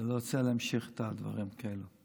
ואני לא רוצה להמשיך את הדברים האלו.